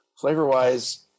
Flavor-wise